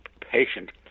patient